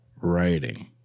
writing